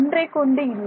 ஒன்றை கொண்டு இல்லை